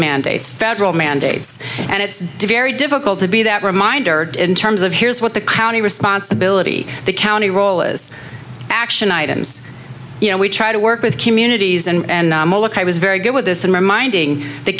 mandates federal mandates and it's dearie difficult to be that reminder in terms of here's what the county responsibility the county role is action items you know we try to work with communities and was very good with this and reminding the